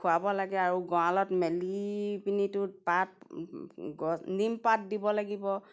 খুৱাব লাগে আৰু গঁৰালত মেলি পিনিতো পাত গ নিম পাত দিব লাগিব